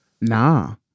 nah